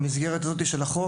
במסגרת של החוק,